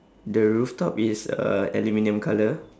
the rooftop is a aluminium colour